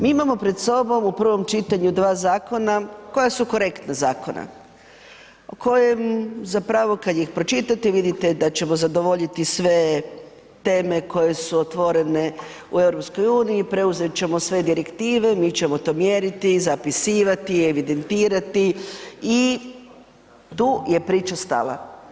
Mi imamo pred sobom u prvom čitanju dva zakona koja su korektna zakona, kojem zapravo kada ih pročitate i vidite da ćemo zadovoljiti sve teme koje su otvorene u EU, preuzet ćemo sve direktive, mi ćemo to mjeriti, zapisivati, evidentirati i tu je priča stala.